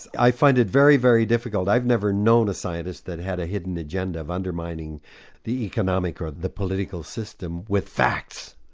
i find it very, very difficult. i've never known a scientist that had a hidden agenda of undermining the economic or the political system with facts.